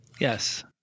yes